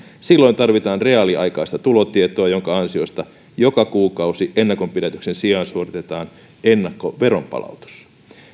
silloin tarvitaan reaaliaikaista tulotietoa jonka ansiosta joka kuukausi ennakonpidätyksen sijaan suoritetaan ennakkoveronpalautus